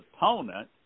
opponent